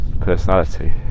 personality